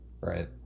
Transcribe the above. right